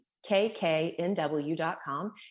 kknw.com